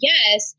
Yes